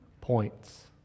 points